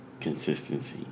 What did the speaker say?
Consistency